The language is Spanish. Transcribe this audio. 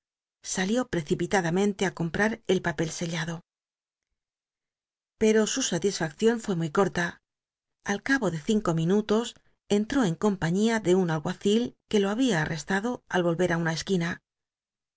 salió precipitadamente í comprar el papel sellado pero su s ltisfaccion fué muy corta al cabo de cinco minutos entró en compañia de un alguacil que lo había arrestado al ohcr una esc